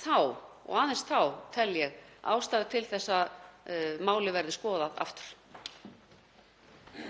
þá og aðeins þá tel ég ástæðu til þess að málið verði skoðað aftur.